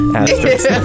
asterisk